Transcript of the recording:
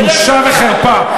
בושה וחרפה.